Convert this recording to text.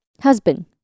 husband